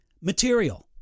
material